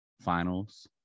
finals